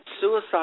suicide